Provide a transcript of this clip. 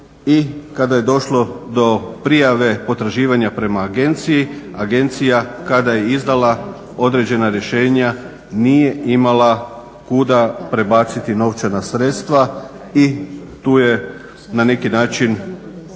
i kada je došlo do prijave potraživanja prema agenciji, agencija kada je izdala određena rješenja nije imala kuda prebaciti novčana sredstva. I tu se na neki način